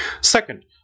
Second